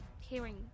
hearing